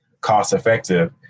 cost-effective